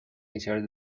iniciar